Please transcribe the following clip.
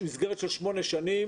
מסגרת של שמונה שנים,